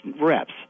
reps